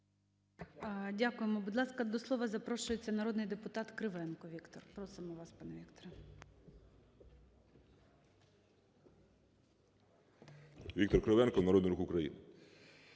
Дякуємо. Будь ласка, до слова запрошується народний депутат Кривенко Віктор. Просимо вас, пане Вікторе. 13:20:33 КРИВЕНКО В.М. Віктор Кривенко, Народний Рух України.